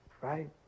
right